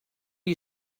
you